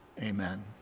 amen